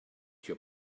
your